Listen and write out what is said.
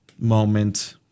moment